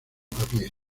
pie